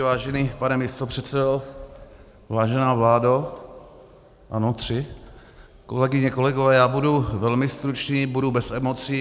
Vážený pane místopředsedo, vážená vládo ano, tři kolegyně, kolegové, budu velmi stručný, budu bez emocí.